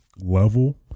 level